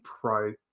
Pro